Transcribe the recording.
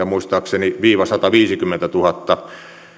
muistaakseni seitsemänkymmentäviisituhatta viiva sataviisikymmentätuhatta